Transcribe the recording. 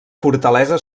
fortalesa